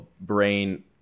brain